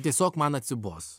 tiesiog man atsibos